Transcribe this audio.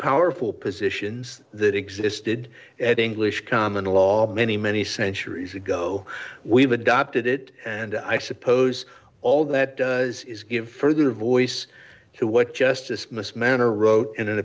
powerful positions that existed at english common law many many centuries ago we've adopted it and i suppose all that does is give further voice to what justice must manner wrote in an